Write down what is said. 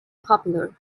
popular